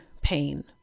pain